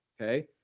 Okay